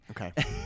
Okay